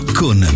con